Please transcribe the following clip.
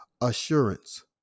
assurance